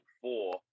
four